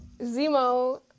Zemo